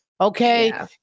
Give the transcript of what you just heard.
Okay